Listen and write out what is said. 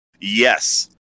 Yes